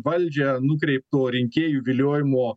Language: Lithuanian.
valdžią nukreipto rinkėjų viliojimo